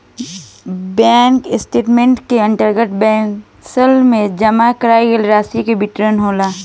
bank statement के अंतर्गत बैंकसन में जमा कईल गईल रासि के विवरण होला